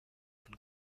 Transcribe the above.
von